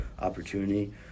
opportunity